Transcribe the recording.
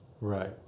Right